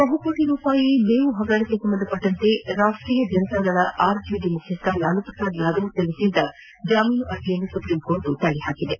ಬಹುಕೋಟ ರೂಪಾಯಿ ಹಗರಣಕ್ಕೆ ಸಂಬಂಧಿಸಿದಂತೆ ರಾಷ್ಷೀಯ ಜನತಾದಳ ಆರ್ಜೆಡಿ ಮುಖ್ಯಸ್ಥ ಲಾಲುಪ್ರಸಾದ್ ಯಾದವ್ ಸಲ್ಲಿಸಿದ್ದ ಜಾಮೀನು ಅರ್ಜಿಯನ್ನು ಸುಪ್ರೀಂ ಕೋರ್ಟ್ ತಿರಸ್ತರಿಸಿದೆ